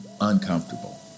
uncomfortable